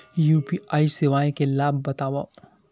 UPI सेवाएं के लाभ बतावव?